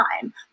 time